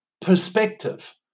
perspective